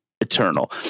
Eternal